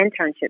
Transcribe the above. internship